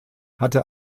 hatte